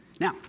Now